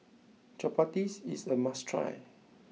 Chapati is a must try